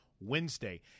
Wednesday